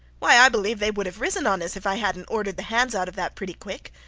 why, i believe they would have risen on us if i hadnt ordered the hands out of that pretty quick,